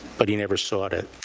but he never sought it.